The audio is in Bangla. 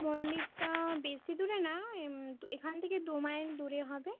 মন্দিরটা বেশি দূরে না এখান থেকে দু মাইল দূরে হবে